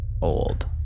old